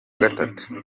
gatatu